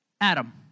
Adam